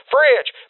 Fridge